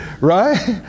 Right